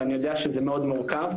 ואני יודע שזה מאוד מורכב,